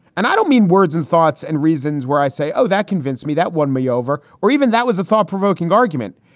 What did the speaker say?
and i don't mean words and thoughts and reasons where i say, oh, that convinced me. that won me over or even that was a thought provoking argument.